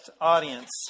audience